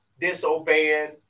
disobeying